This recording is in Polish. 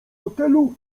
hotelu